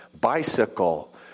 bicycle